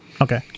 Okay